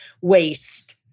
waste